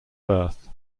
birth